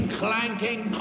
clanking